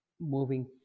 moving